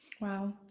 Wow